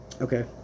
Okay